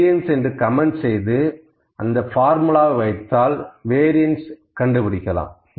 variance என்று comment செய்து அந்த பார்முலாவை வைத்தால் வேரியண்ஸ் கண்டுபிடிக்கலாம்